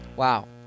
Wow